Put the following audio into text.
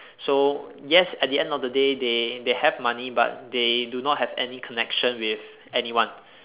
so yes at the end of the day they they have money but they do not have any connection with anyone